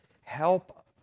help